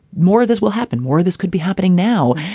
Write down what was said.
more this will happen, more this could be happening now.